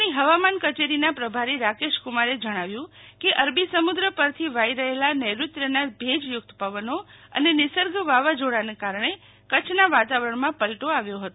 ભુજની હવામાન કચેરીના પ્રભારી રાકેશ કુમારે જણાવ્યું કે અરબી સમુદ્ર પરથી આવી રહેલા નૈરૂત્યના ભેજયુકત પવનો અને નિસર્ગ વાવાઝોડાના કારણે કચ્છના વાતાવરણમાં પલટો આવ્યો હતો